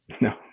No